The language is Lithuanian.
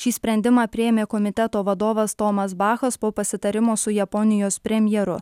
šį sprendimą priėmė komiteto vadovas tomas bachas po pasitarimo su japonijos premjeru